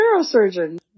neurosurgeon